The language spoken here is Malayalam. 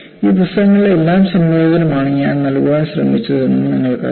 ഈ പുസ്തകങ്ങളുടെയെല്ലാം സംയോജനമാണ് ഞാൻ നൽകാൻ ശ്രമിച്ചത് എന്ന് നിങ്ങൾക്കറിയാം